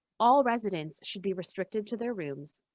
all residents should be restricted to their rooms,